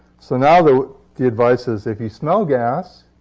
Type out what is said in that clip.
so now the the advice is, if you smell gas,